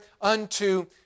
unto